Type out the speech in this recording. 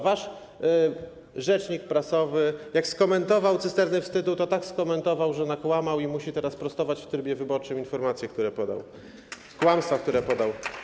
Wasz rzecznik prasowy, jak skomentował cysterny wstydu, to tak skomentował, że nakłamał i musi teraz prostować w trybie wyborczym informacje, które podał, kłamstwa, które podał.